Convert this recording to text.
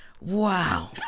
Wow